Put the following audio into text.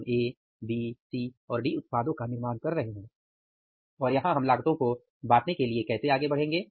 हम A B C और D उत्पादों का निर्माण कर रहे हैं और यहां हम लागतो को बांटने के लिए कैसे आगे बढ़ेंगे